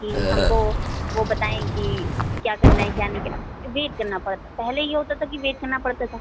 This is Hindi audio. कि हमको वो बताएँ कि क्या करना है क्या नहीं वेट करना पड़ता पहले ये होता था कि वेट करना पड़ता था